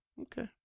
Okay